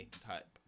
type